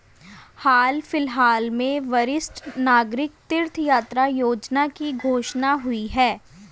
हाल फिलहाल में वरिष्ठ नागरिक तीर्थ यात्रा योजना की घोषणा हुई है